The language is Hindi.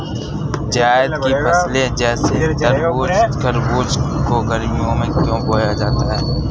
जायद की फसले जैसे तरबूज़ खरबूज को गर्मियों में क्यो बोया जाता है?